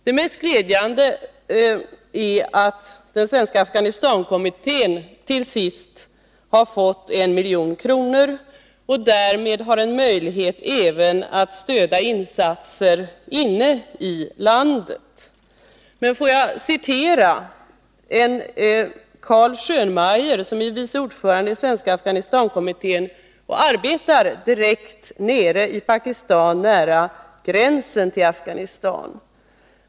Det mest glädjande är att den svenska Afghanistankommittén till sist har fått 1 milj.kr. och därmed har en möjlighet att även stödja insatser inne i landet. Får jag referera Carl Schönmeyr, som är vice ordförande i Svenska Afghanistankommittén och arbetar direkt i Pakistan nära gränsen till Afghanistan.